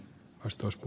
puhemies